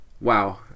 wow